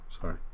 sorry